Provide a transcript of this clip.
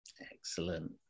Excellent